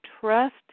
trust